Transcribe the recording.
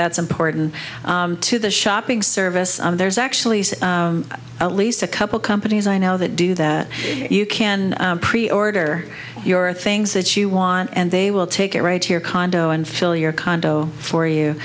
that's important to the shopping service there's actually a least a couple companies i know that do that you can preorder your things that you want and they will take it right here condo and fill your condo for you